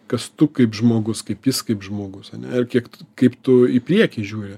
kas tu kaip žmogus jis kaip žmogus ane ir kiek kaip tu į priekį žiūri